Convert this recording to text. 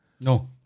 no